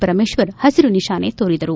ಪರಮೇಶ್ವರ್ ಹಸಿರು ನಿಶಾನೆ ತೋರಿದರು